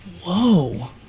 Whoa